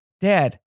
dad